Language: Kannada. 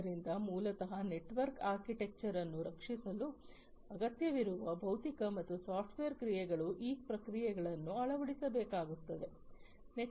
ಆದ್ದರಿಂದ ಮೂಲತಃ ನೆಟ್ವರ್ಕ್ ಆರ್ಕಿಟೆಕ್ಚರ್ ಅನ್ನು ರಕ್ಷಿಸಲು ಅಗತ್ಯವಿರುವ ಭೌತಿಕ ಮತ್ತು ಸಾಫ್ಟ್ವೇರ್ ಕ್ರಿಯೆಗಳು ಆ ಪ್ರಕ್ರಿಯೆಗಳನ್ನು ಅಳವಡಿಸಬೇಕಾಗುತ್ತದೆ